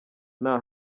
nta